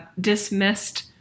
dismissed